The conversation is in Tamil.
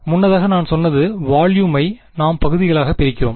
முன்னதாக நான் சொன்னது வால்யுமை நாம் பகுதிகளாக பிரிக்கிறோம்